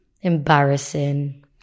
embarrassing